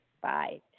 bye